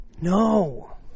No